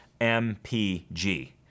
MPG